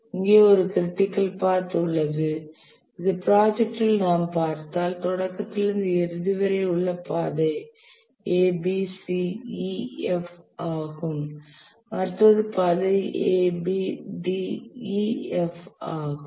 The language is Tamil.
இங்கே ஒரு க்ரிட்டிக்கல் பாத் உள்ளது இந்த ப்ராஜெக்டில் நாம் பார்த்தால் தொடக்கத்திலிருந்து இறுதி வரை உள்ள பாதை A B C E F ஆகும் மற்றொரு பாதை A B D E F ஆகும்